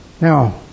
now